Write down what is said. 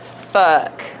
fuck